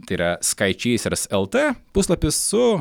tai yra skai čeisers lt puslapis su